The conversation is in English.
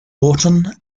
orton